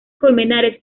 colmenares